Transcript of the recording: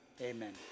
Amen